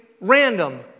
random